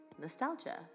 nostalgia